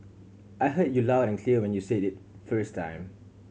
I heard you loud and clear when you said it the first time